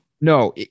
No